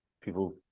people